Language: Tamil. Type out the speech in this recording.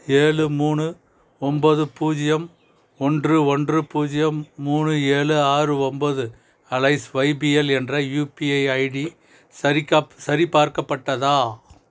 ஏழு மூணு ஒம்பது பூஜ்யம் ஒன்று ஒன்று பூஜ்யம் மூணு ஏழு ஆறு ஒம்பது அலைஸ் ஒய்பிஎல் என்ற யுபிஐ ஐடி சரிகாப் சரிபார்க்கப்பட்டதா